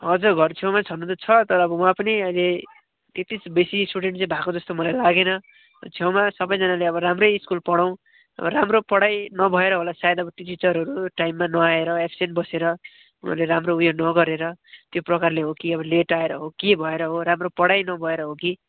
हजुर घरछेउमा छन त छ तर अब उहाँ पनि अहिले त्यति बेसी स्टुडेन्ट चाहिँ भएको जस्तो मलाई लागेन तर छेउमा सबैजनाले अब राम्रै स्कुल पठाउँ राम्रो पढाइ नभएर होला सायद अब टिचरहरू टाइममा नआएर एब्सेन्ट बसेर उनीहरूले राम्रो उयो नगरेर त्यो प्रकारले हो कि अब लेट आएर हो के भएर हो राम्रो पढाइ नभएर हो कि